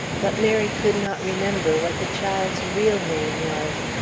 but mary could not remember what the child's real name was.